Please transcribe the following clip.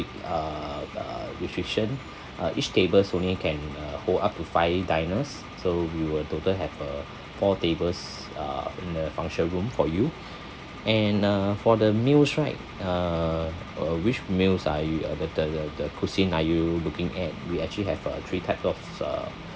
uh uh restriction uh each tables only can uh hold up to five diners so we'll total have uh four tables uh in a function room for you and uh for the meals right uh uh which meals are you uh the the the cuisine are you looking at we actually have uh three types of uh